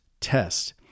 test